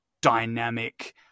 dynamic